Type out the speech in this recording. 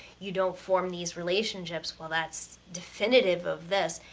you don't form these relationships, well that's definitive of this!